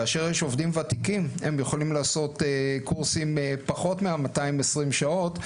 כאשר יש עובדים ותיקים הם יכולים לעשות קורסים פחות מ-220 שעות,